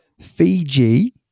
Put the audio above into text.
Fiji